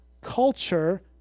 culture